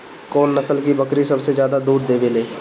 कौन नस्ल की बकरी सबसे ज्यादा दूध देवेले?